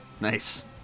Nice